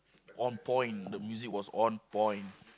on point the music was on point